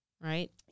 right